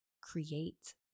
create